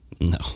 No